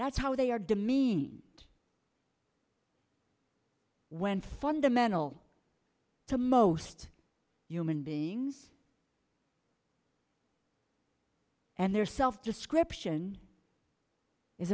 that's how they are demean when fundamental to most human beings and their self description is